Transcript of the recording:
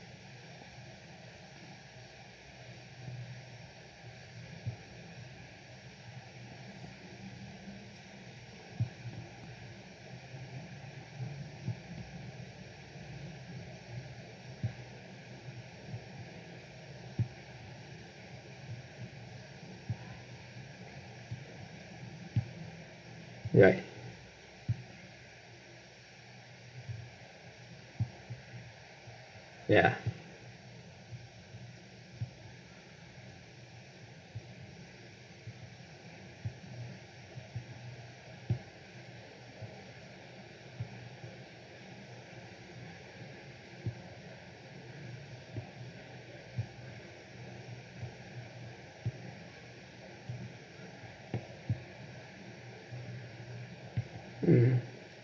ya ya mmhmm